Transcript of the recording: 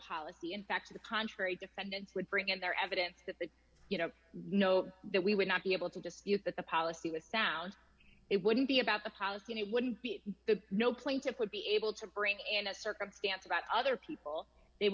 policy in fact to the contrary defendants would bring in their evidence that they you know know that we would not be able to dispute that the policy was sound it wouldn't be about the policy and it wouldn't be the no plane to put be able to bring in that circumstance about other people they